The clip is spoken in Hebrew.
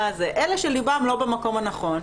אלה שליבם לא במקום הנכון,